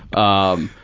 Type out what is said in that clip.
um,